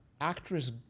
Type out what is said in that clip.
actress